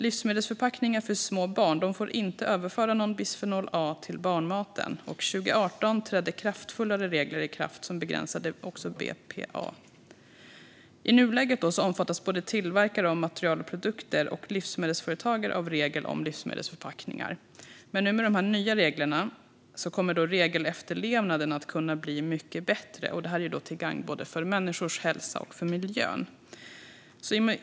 Livsmedelsförpackningar för små barn får inte överföra någon bisfenol A till barnmaten, och 2018 trädde kraftfullare regler i kraft som begränsade BPA. I nuläget omfattas både tillverkare av material och produkter och livsmedelsföretagare av regler om livsmedelsförpackningar. Nu, med de nya reglerna, kommer regelefterlevnaden att kunna bli mycket bättre, till gagn för både människors hälsa och miljön.